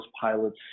pilots